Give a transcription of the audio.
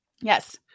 Yes